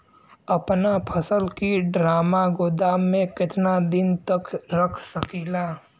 अपना फसल की ड्रामा गोदाम में कितना दिन तक रख सकीला?